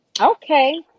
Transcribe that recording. Okay